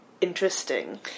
interesting